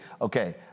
Okay